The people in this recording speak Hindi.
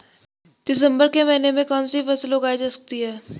दिसम्बर के महीने में कौन सी फसल उगाई जा सकती है?